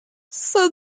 sans